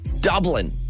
Dublin